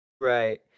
right